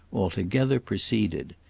altogether proceeded.